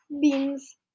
Beans